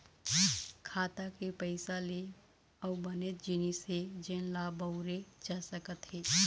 खाता के पइसा ले अउ बनेच जिनिस हे जेन ल बउरे जा सकत हे